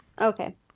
Okay